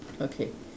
okay